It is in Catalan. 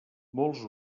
molts